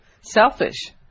Selfish